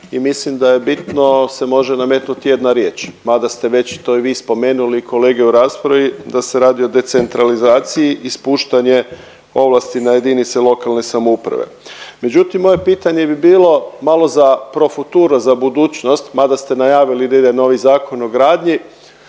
i mislim da je bitno se može nametnuti jedna riječ mada ste već to i vi spomenuli i kolege u raspravi da se radi o decentralizaciji i spuštanje ovlasti na jedinice lokalne samouprave. Međutim, moje pitanje bi bilo malo za profuturo, za budućnost mada ste najavili da ide novi Zakon o gradnji.